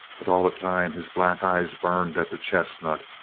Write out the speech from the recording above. but all the time his black eyes burned at the chestnut.